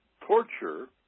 torture